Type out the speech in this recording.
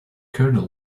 colonel